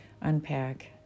Unpack